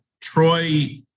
Troy